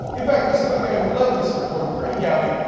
in fact let's go to the guy who led this report, trey gowdy,